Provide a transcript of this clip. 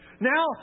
Now